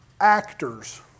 actors